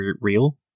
real